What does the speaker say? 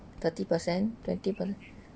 thirty percent